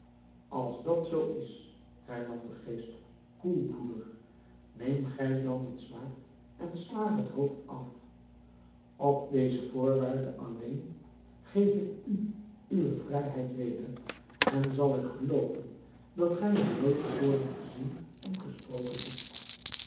als dat zoo is hernam de geest koelbloedig neem gij dan het zwaard en sla haar het hoofd af op deze voorwaarde alleen geef ik u uwe vrijheid weder en zal ik gelooven dat gij haar nooit te voren gezien en gesproken hebt